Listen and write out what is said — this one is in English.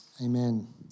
Amen